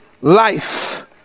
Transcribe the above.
life